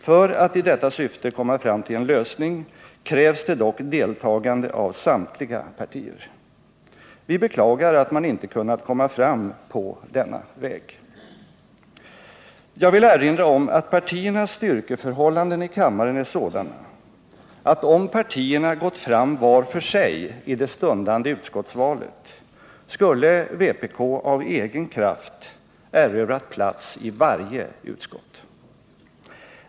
För att i detta syfte komma fram till en lösning krävs det dock deltagande av samtliga partier. Vi beklagar att man inte har kunnat komma fram på denna väg. || Jag vill erinra om att partiernas styrkeförhållanden i kammaren är sådana, att om partierna hade gått fram var för sig i det stundande utskottsvalet, skulle vpk av egen kraft ha erövrat plats i varje utskott.